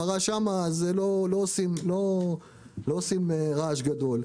פרה שם לא עושים רעש גדול.